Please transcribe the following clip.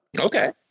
Okay